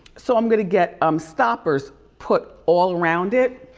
so i'm gonna get um stoppers put all around it.